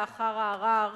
לאחר הערר,